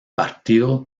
partido